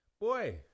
boy